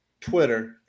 Twitter